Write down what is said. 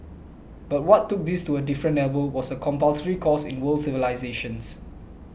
but what took this to a different level was a compulsory course in world civilisations